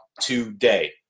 today